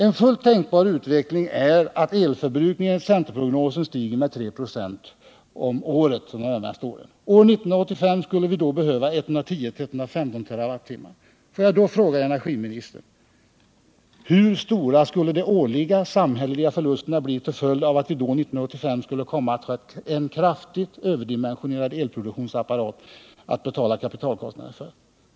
En fullt tänkbar utveckling är att elförbrukningen enligt centerprognosen stiger med 3 "» om året under de närmaste åren. År 1985 skulle vi då behöva 110-115 TWh. Får jag då fråga energiministern: Hur stora skulle de årliga samhälleliga förlusterna bli till följd av att vi 1985 skulle komma att ha en kraftigt överdimensionerad elproduktionsapparat att betala kapitalkostnader för?